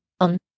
On